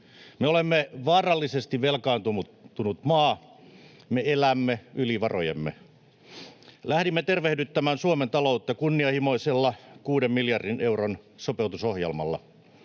Me olemme vaarallisesti velkaantunut maa, me elämme yli varojemme. Lähdimme tervehdyttämään Suomen taloutta kunnianhimoisella kuuden miljardin euron sopeutusohjelmalla.